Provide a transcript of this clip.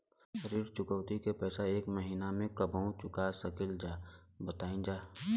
ऋण चुकौती के पैसा एक महिना मे कबहू चुका सकीला जा बताईन जा?